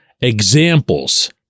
examples